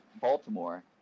Baltimore